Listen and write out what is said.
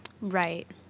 Right